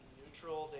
neutral